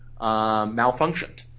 malfunctioned